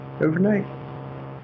overnight